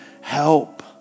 help